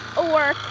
or